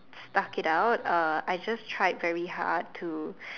stuck it out I just tried very hard to